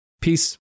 Peace